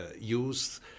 use